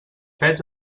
pets